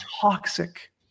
toxic